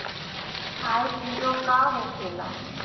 IPO का होखेला?